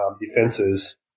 defenses